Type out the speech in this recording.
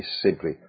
simply